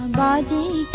da da